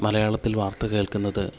മലയാളത്തിൽ വാർത്ത കേൾക്കുന്നത്